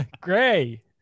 Gray